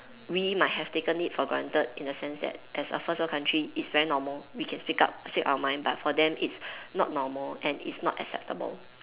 we might have taken it for granted in a sense that as a first world country it's very normal we can speak up speak our mind but for them it's not normal and it's not acceptable